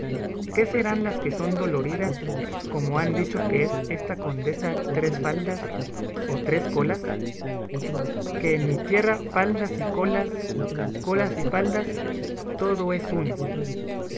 qué serán las que son doloridas como han dicho que es esta condesa tres faldas o tres colas que en mi tierra faldas y colas colas y faldas todo es uno